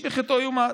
איש בחטאו יומת,